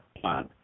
plan